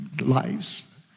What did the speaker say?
lives